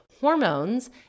hormones